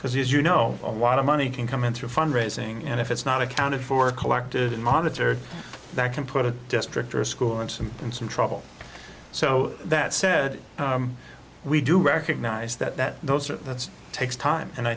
because you know a lot of money can come in through fundraising and if it's not accounted for collected unmonitored that can put a district or a school in some in some trouble so that said we do recognize that those are that's takes time and i